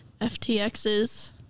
FTXs